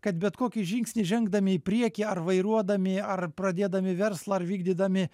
kad bet kokį žingsnį žengdami į priekį ar vairuodami ar pradėdami verslą ar vykdydami